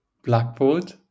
Blackboard